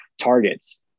targets